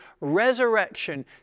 resurrection